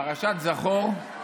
פרשת זכור,